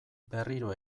berriro